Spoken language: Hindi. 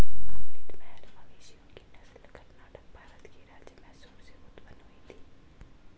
अमृत महल मवेशियों की नस्ल कर्नाटक, भारत के राज्य मैसूर से उत्पन्न हुई थी